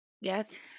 Yes